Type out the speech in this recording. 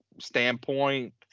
standpoint